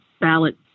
ballot